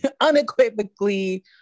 Unequivocally